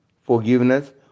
Forgiveness